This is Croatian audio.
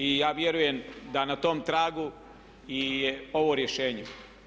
I ja vjerujem da na tom tragu je ovo rješenje.